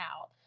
out